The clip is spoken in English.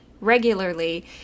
regularly